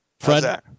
Fred